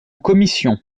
commission